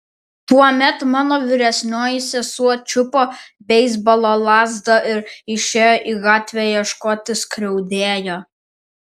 tuomet mano vyresnioji sesuo čiupo beisbolo lazdą ir išėjo į gatvę ieškoti skriaudėjo